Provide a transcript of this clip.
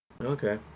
okay